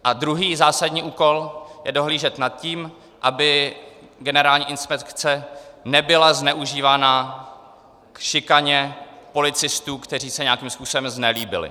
A druhý zásadní úkol je dohlížet na to, aby Generální inspekce nebyla zneužívána k šikaně policistů, kteří se nějakým způsobem znelíbili.